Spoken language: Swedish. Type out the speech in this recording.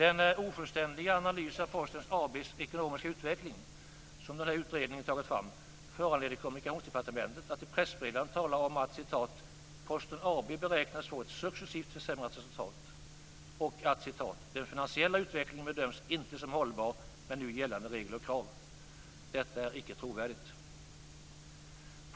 Den ofullständiga Analys av Posten AB:s ekonomiska utveckling som nämnda utredning har tagit fram, föranleder Kommunikationsdepartementet att i pressmeddelande tala om att "Posten AB beräknas få ett successivt försämrat resultat" och att "Den finansiella utvecklingen bedöms inte som hållbar med nu gällande regler och krav". Det är inte trovärdigt.